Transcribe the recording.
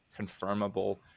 confirmable